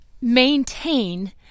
maintain